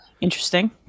interesting